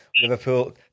Liverpool